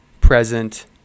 present